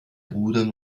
rudern